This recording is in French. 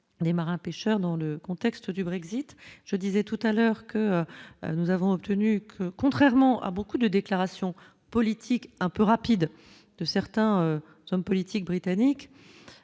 des marins-pêcheurs, dans le contexte du Brexit je disais tout à l'heure que nous avons obtenu, contrairement à beaucoup de déclarations politiques un peu rapide de certains hommes politiques britanniques,